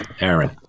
Aaron